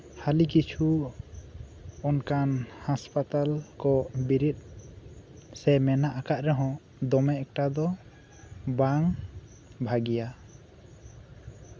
ᱦᱟᱹᱞᱤ ᱠᱤᱪᱷᱩ ᱚᱱᱠᱟᱱ ᱦᱟᱥᱯᱟᱛᱟᱞ ᱠᱚ ᱵᱮᱨᱮᱫ ᱥᱮ ᱢᱮᱱᱟᱜ ᱟᱠᱟᱫ ᱨᱮᱦᱚᱸ ᱫᱚᱢᱮ ᱮᱠᱴᱟ ᱫᱚ ᱵᱟᱝ ᱵᱷᱟᱹᱜᱤᱭᱟ